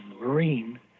marine